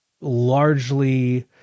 largely